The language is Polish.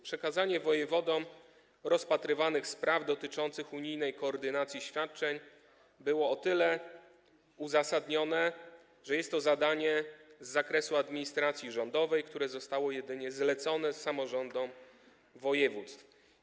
Przekazanie wojewodom rozpatrywanych spraw dotyczących unijnej koordynacji świadczeń było o tyle uzasadnione, że jest to zadanie z zakresu administracji rządowej, które zostało jedynie zlecone samorządom województw.